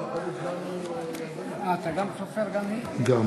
אם כן, חברות וחברים, בחוק